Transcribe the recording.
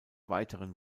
weiteren